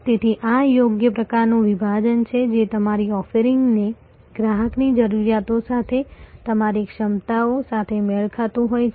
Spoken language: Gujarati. તેથી આ યોગ્ય પ્રકારનું વિભાજન છે જે તમારી ઓફરિંગને ગ્રાહકની જરૂરિયાતો સાથે તમારી ક્ષમતાઓ સાથે મેળ ખાતું હોય છે